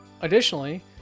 Additionally